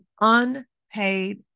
unpaid